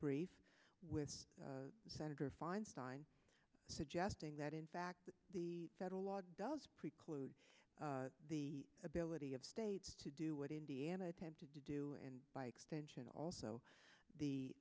brief with senator feinstein suggesting that in fact the federal law does preclude the ability of states to do what indiana tend to do and by extension also the